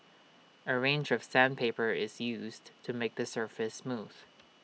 A range of sandpaper is used to make the surface smooth